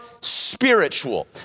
spiritual